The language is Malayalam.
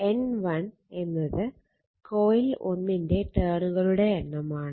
N1 എന്നത് കോയിൽ 1 ന്റെ ടേണുകളുടെ എണ്ണമാണ്